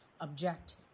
object